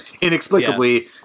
inexplicably